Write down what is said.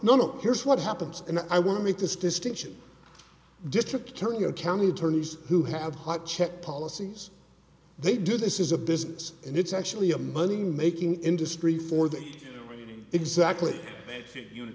no no here's what happens and i want to make this distinction district attorney or county attorneys who have heart check policies they do this is a business and it's actually a money making industry for them exactly